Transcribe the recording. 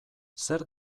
zer